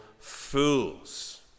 fools